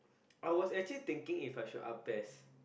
I was actually thinking If I should